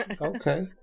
Okay